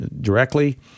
directly